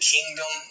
Kingdom